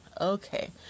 Okay